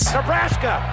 Nebraska